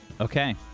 Okay